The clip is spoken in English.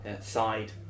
side